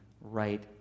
right